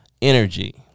energy